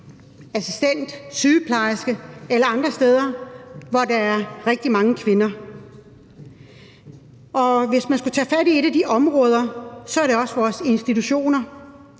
assistent, sygeplejerske eller andre steder, hvor der er rigtig mange kvinder. Og hvis man skulle tage fat på et af de områder, gælder det også vores institutioner.